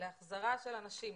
להחזרה של אנשים,